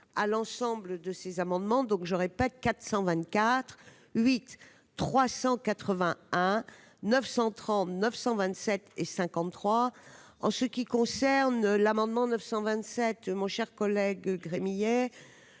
à l'ensemble de ces amendements, donc j'aurai pas 424 8 380 939127 et 53 en ce qui concerne l'amendement 927 mon cher collègue Gremillet,